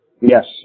Yes